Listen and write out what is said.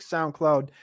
SoundCloud